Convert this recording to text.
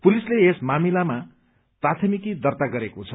पुलिसले यस मामिलामा प्राथमिकी दर्ता गरेको छ